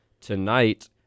tonight